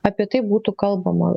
apie tai būtų kalbama